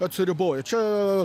atsiriboji čia